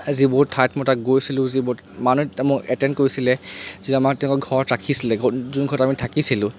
যিবোৰ ঠাইত মই তাত গৈছিলোঁ যিবোৰ মানুহে তাত এটেণ্ড কৰিছিলে যি আমাক তেওঁলোকৰ ঘৰত ৰাখিছিলে ঘ যোনঘৰত আমি থাকিছিলোঁ